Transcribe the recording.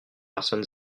personnes